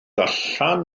allan